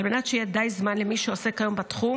על מנת שיהיה די זמן למי שעוסק היום בתחום